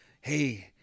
hey